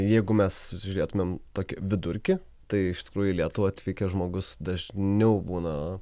jeigu mes žiūrėtumėm tokį vidurkį tai iš tikrųjų į lietuvą atvykęs žmogus dažniau būna